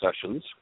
sessions